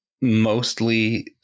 mostly